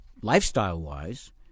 lifestyle-wise